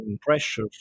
pressure